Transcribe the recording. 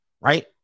right